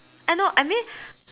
I know I mean